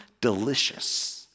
delicious